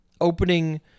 Opening